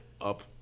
up